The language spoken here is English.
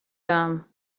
gum